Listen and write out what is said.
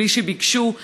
בלי שביקשו?